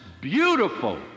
beautiful